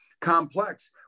complex